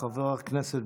חבר הכנסת